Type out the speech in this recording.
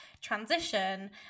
transition